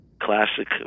classic